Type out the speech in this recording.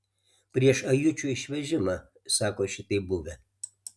prieš ajučių išvežimą sako šitaip buvę